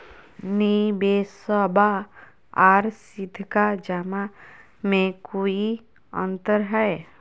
निबेसबा आर सीधका जमा मे कोइ अंतर हय?